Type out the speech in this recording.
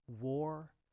war